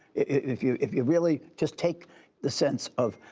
if you if you really just take the sense of,